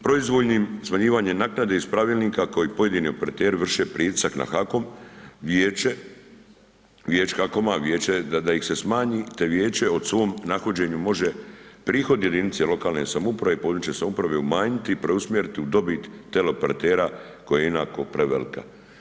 Proizvoljnim smanjivanjem naknade iz pravilnika koji pojedini operateri vrše pritisak na HAKOM, vijeće, Vijeće HAKOM-a, vijeće da ih se smanji, te vijeće o svom nahođenju može prihod jedinice lokalne samouprave, područne samouprave umanjiti i presumjeriti u dobit teleoperatera koje je ionako prevelika.